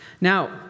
Now